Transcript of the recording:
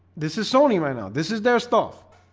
this is sony right now, this is their stuff